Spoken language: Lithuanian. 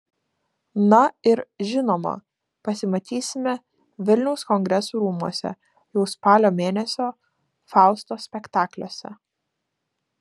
na ir žinoma pasimatysime vilniaus kongresų rūmuose jau spalio mėnesio fausto spektakliuose